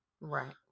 Right